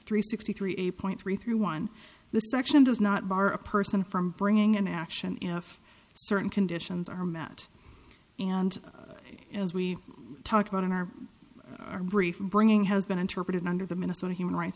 three sixty three eight point three three one the section does not bar a person from bringing an action enough certain conditions are met and as we talked about in our brief bringing has been interpreted under the minnesota human rights